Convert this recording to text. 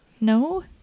No